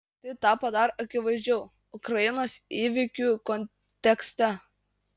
tai tapo dar akivaizdžiau ukrainos įvykių kontekste